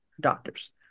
doctors